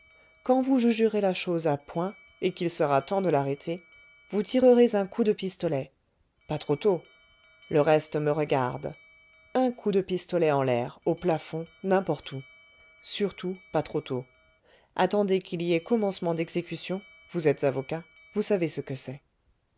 quand vous jugerez la chose à point et qu'il sera temps de l'arrêter vous tirerez un coup de pistolet pas trop tôt le reste me regarde un coup de pistolet en l'air au plafond n'importe où surtout pas trop tôt attendez qu'il y ait commencement d'exécution vous êtes avocat vous savez ce que c'est